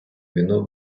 війну